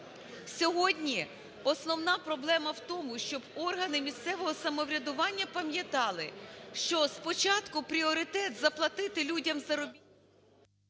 Сьогодні основна проблема в тому, щоб органи місцевого самоврядування пам'ятали, що спочатку пріоритет – заплатити людям…